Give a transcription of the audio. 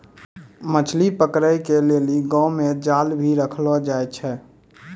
मछली पकड़े के लेली गांव मे जाल भी रखलो जाए छै